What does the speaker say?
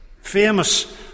famous